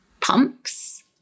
pumps